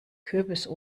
kürbis